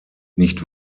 nicht